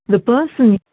the person